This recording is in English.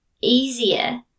easier